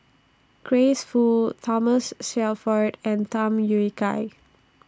Grace Fu Thomas Shelford and Tham Yui Kai